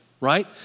right